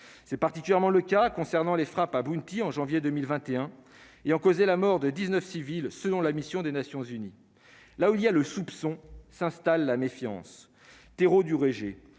c'est particulièrement le cas concernant les frappes abouti en janvier 2021 et ont causé la mort de 19 civils selon la mission des Nations unies, là où il y a le soupçon s'installe la méfiance Tero du rejet